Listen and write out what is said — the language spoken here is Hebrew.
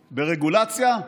ברגולציה,